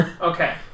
Okay